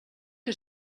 que